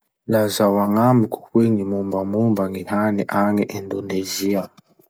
Lazao agnamiko hoe gny mombamomba gny hany agny Indonezia?